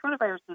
coronaviruses